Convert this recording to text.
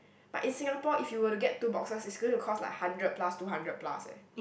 but in Singapore if you were to get two boxes it's going to cost like hundred plus two hundred plus eh